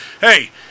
hey